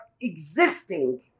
existing